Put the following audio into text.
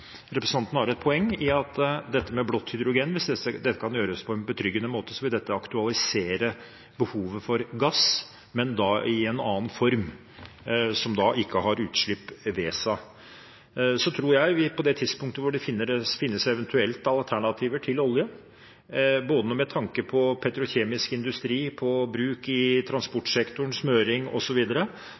representanten har et poeng når det gjelder blått hydrogen. Hvis dette kan gjøres på en betryggende måte, vil det aktualisere behovet for gass, men da i en annen form som ikke har utslipp ved seg. Jeg tror at på det tidspunktet hvor det eventuelt finnes alternativer til olje – med tanke på både petrokjemisk industri, bruk i transportsektoren, smøring